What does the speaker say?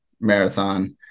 marathon